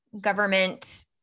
government